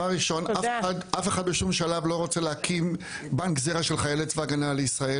אף אחד בשום שלב לא רוצה להקים בנק זרע של חיילי צבא הגנה לישראל.